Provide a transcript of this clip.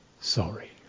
sorry